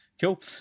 Cool